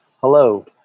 Hello